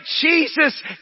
Jesus